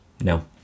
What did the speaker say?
No